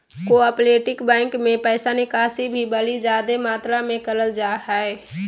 cooperative bank मे पैसा निकासी भी बड़ी जादे मात्रा मे करल जा हय